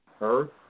Earth